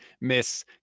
Miss